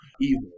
evil